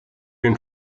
den